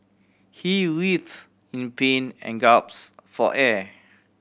he writhe in pain and gaps for air